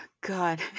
God